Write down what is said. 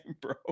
bro